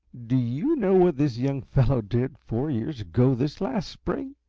do you know what this young fellow did, four years ago this last spring?